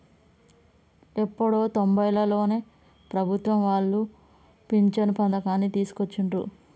ఎప్పుడో తొంబైలలోనే ప్రభుత్వం వాళ్ళు పించను పథకాన్ని తీసుకొచ్చిండ్రు